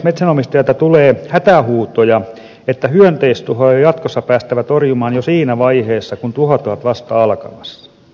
metsänomistajilta tulee hätähuutoja että hyönteistuhoja on jatkossa päästävä torjumaan jo siinä vaiheessa kun tuhot ovat vasta alkamassa